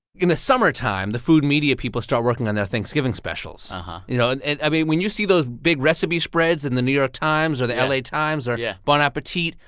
in the summertime, the food media people start working on their thanksgiving specials. and you know and and i mean, when you see those big recipe spreads in the new york times or the la times or yeah bon appetit,